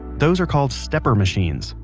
those are called stepper machines.